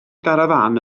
garafán